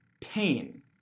pain